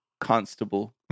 constable